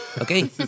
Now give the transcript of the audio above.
Okay